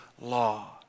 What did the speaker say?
law